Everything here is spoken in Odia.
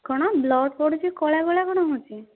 କ'ଣ ବ୍ଲଡ୍ ପଡ଼ୁଛି କଳା କଳା କ'ଣ ହେଉଛି